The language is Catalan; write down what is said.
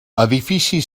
edifici